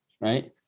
right